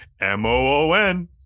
M-O-O-N